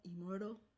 immortal